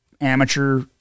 amateur